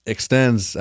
Extends